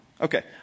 Okay